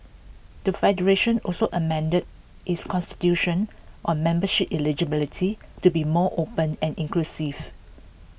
the federation also amended its Constitution on membership eligibility to be more open and inclusive